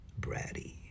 bratty